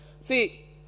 see